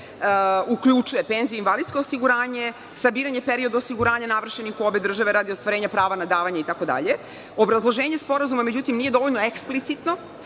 uključuje penzije i invalidsko osiguranje, sabiranje perioda osiguranja navršenih u obe države radi ostvarenja prava na davanje i tako dalje. Obrazloženje sporazuma međutim nije dovoljno eksplicitno